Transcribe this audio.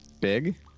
big